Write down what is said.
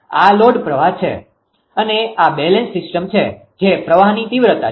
આ લોડ પ્રવાહ છે અને આ બેલેન્સ સિસ્ટમ છે જે પ્રવાહની તીવ્રતા છે